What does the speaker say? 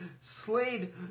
Slade